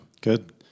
Good